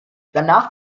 danach